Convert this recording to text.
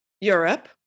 Europe